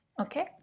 Okay